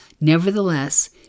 nevertheless